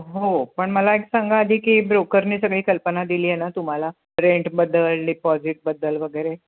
हो पण मला एक सांगा आधी की ब्रोकरनी सगळी कल्पना दिली आहे ना तुम्हाला रेंटबद्दल डिपॉजिटबद्दल वगैरे